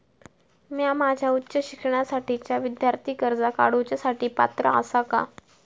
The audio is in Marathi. म्या माझ्या उच्च शिक्षणासाठीच्या विद्यार्थी कर्जा काडुच्या साठी पात्र आसा का?